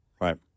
right